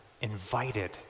invited